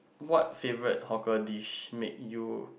what favourite hawker dish make you